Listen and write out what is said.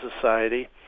Society